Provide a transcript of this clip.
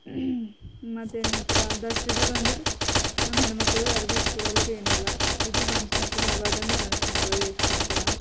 ಮತ್ತೆ ನಂತರ ದಸರಾದಾಗೆಂದ್ರೆ ನಮ್ಮ ಹೆಣ್ಮಕ್ಳಿಗೆ ಅರಿವೆ ಇಸ್ಕೊಡಲ್ಲರು ಏನಿಲ್ಲ ಇದು ಗಂಡಸು ಮಕ್ಳು ಹಬ್ಬದ ಅಂದು ಗಂಡಸು ಮಕ್ಳಿಗೆ ಇಸ್ಕೊಡ್ತಾರೆ